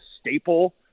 staple